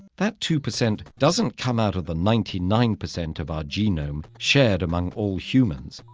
that two percent doesn't come out of the ninety nine percent of our genome shared among all humans,